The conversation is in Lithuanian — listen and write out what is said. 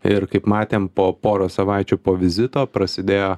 ir kaip matėm po poros savaičių po vizito prasidėjo